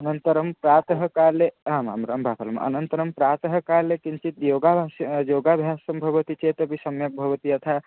अनन्तरं प्रातः काले आम् आम् रम्बाफलं अनन्तरं प्रातःकाले किञ्चित् योगस्य योगाभ्यासं भवति चेतपि सम्यक् भवति अतः